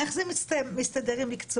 איך זה מסתדר עם מקצועיות?